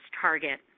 target